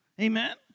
amen